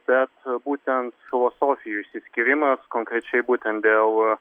bet būtent filosofijų išsiskyrimas konkrečiai būtent dėl